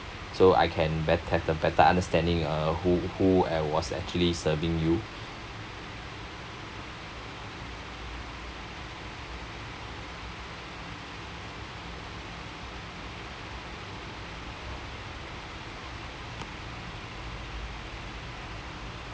so I can bet~ have a better understanding uh who who a~ was actually serving you